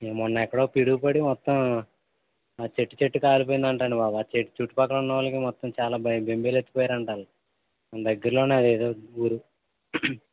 మొన్న ఎక్కడో పిడుగు పడి మొత్తం ఆ చెట్టు చెట్టు కాలిపోయిందంట అండి బాబు ఆ చెట్టు చుట్టు పక్కల ఉన్న వాళ్ళకి మొత్తం చాల బెంబేలు ఎత్తి పోయారంట వాళ్ళు మన దగ్గరలోనే అదేదో ఊరు